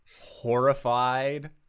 horrified